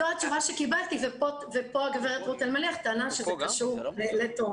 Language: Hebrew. זו התשובה שקיבלתי ופה הגב' רות אלמליח טענה שזה קשור לתומר.